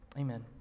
Amen